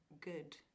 good